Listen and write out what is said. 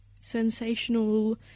sensational